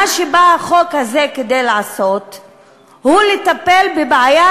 מה שבא החוק לעשות הוא לטפל בבעיה,